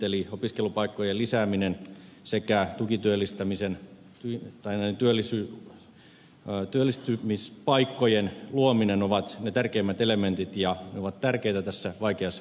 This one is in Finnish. siellä opiskelupaikkojen lisääminen sekä tukityöllistymispaikkojen luominen ovat ne tärkeimmät elementit ja ne ovat tärkeitä tässä vaikeassa nuorisotyöttömyystilanteessa